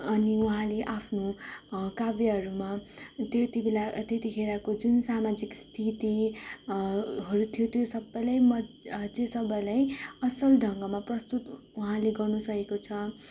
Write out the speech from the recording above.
अनि उहाँले आफ्नो काव्यहरूमा त्यति बेला त्यतिखेरको जुन समाजिक स्थितिहरू थियो त्यो सबै त्यो सबैलाई असल ढङ्गमा प्रस्तुत उहाँले गर्नु सकेको छ